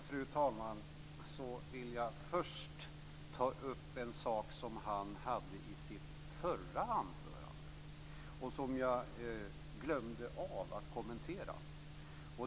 Fru talman! Först en sak som Ola Karlsson tog upp i sitt förra inlägg och som jag glömde av att kommentera.